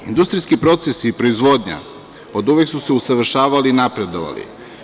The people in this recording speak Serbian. Industrijski proces i proizvodnja od uvek su se usavršavali i napredovali.